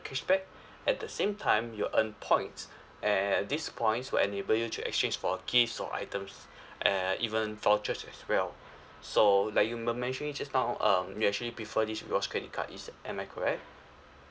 cashback at the same time you'll earn points and these points will enable you to exchange for gifts or items uh even vouchers as well so like you were mentioning just now um you actually prefer this rewards credit card is am I correct